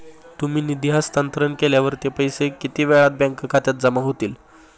तुम्ही निधी हस्तांतरण केल्यावर ते पैसे किती वेळाने बँक खात्यात जमा होतील?